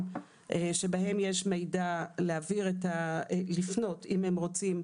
שבהם יש מידע איך לפנות לנציבות אם רוצים.